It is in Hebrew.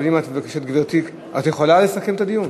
אם את מבקשת, גברתי, את יכולה לסכם את הדיון.